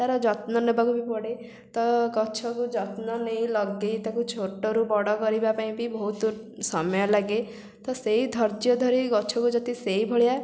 ତାର ଯତ୍ନ ନେବାକୁ ବି ପଡ଼େ ତ ଗଛକୁ ଯତ୍ନ ନେଇ ଲଗେଇ ତାକୁ ଛୋଟରୁ ବଡ଼ କରିବା ପାଇଁ ବି ବହୁତ ସମୟ ଲାଗେ ତ ସେଇ ଧୈର୍ଯ୍ୟ ଧରି ଗଛକୁ ଯଦି ସେଇ ଭଳିଆ